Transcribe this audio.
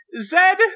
Zed